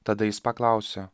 tada jis paklausė